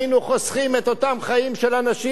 היינו חוסכים את אותם חיים של אנשים